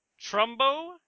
Trumbo